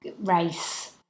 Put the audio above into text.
race